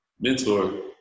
mentor